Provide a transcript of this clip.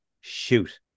Shoot